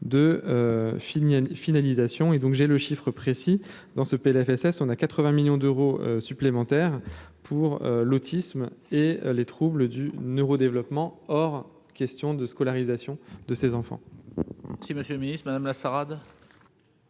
finalisation et donc j'ai le chiffre précis dans ce PLFSS on à 80 millions d'euros supplémentaires pour l'autisme et les troubles du neuro-développement or question de scolarisation de ces enfants tu ma féministe madame la salade.